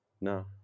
No